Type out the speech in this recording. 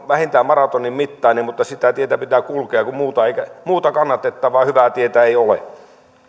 vähintään maratonin mittainen mutta sitä tietä pitää kulkea kun muuta kannatettavaa hyvää tietä ei ole